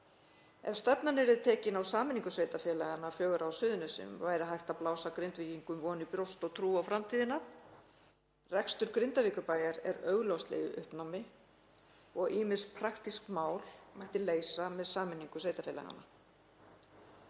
Ef stefnan yrði tekin á sameiningu sveitarfélaganna fjögurra á Suðurnesjum væri hægt að blása Grindvíkingum von í brjóst og trú á framtíðina. Rekstur Grindavíkurbæjar er augljóslega í uppnámi og ýmis praktísk mál mætti leysa með sameiningu sveitarfélaganna.